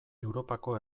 europako